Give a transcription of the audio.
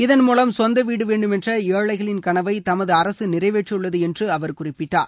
இதன் மூலம் சொந்த வீடு வேண்டும் என்ற ஏழைகளின் கனவை தமது அரசு நிறைவேற்றியுள்ளது என்று அவர் குறிப்பிட்டார்